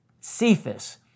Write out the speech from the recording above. Cephas